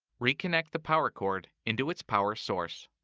reconnect the power cord into its power source.